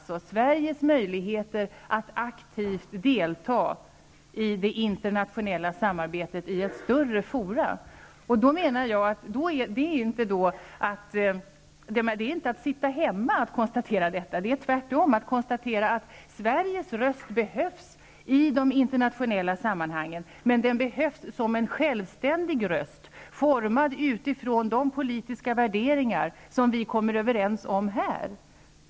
Sveriges möjligheter att aktivt delta i det internationella samarbetet i större fora hämmas alltså. Det är inte att sitta hemma att konstatera detta -- tvärtom! Sveriges röst behövs i de internationella sammanhangen. Den behövs som en självständig röst, formad utifrån de politiska värderingar som vi kommer överens om här.